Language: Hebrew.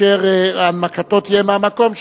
אשר הנמקתו תהיה מהמקום,